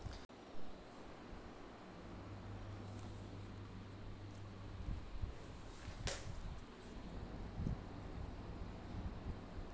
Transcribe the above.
ऋण लेवाक तरीका की ऐछि? जमीन आ स्वर्ण ऋण भेट सकै ये?